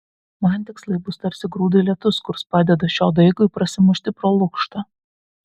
man tikslai bus tarsi grūdui lietus kurs padeda šio daigui prasimušti pro lukštą